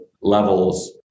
levels